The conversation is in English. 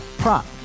prop